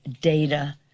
data